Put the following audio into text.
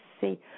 see